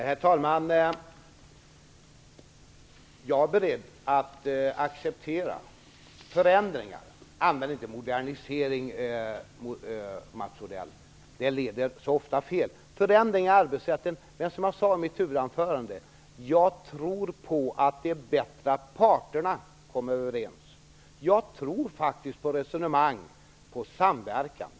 Herr talman! Jag är beredd att acceptera förändringar i arbetsrätten. Men använd inte ordet modernisering, Mats Odell, eftersom det ofta leder fel. Som jag sade i mitt huvudanförande tror jag att det är bättre att parterna kommer överens. Jag tror faktiskt på resonemang och på samverkan.